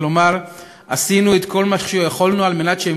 ולומר שעשינו את כל מה שיכולנו כדי שהם